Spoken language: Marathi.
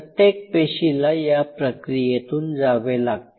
प्रत्येक पेशीला या प्रक्रियेतून जावे लागते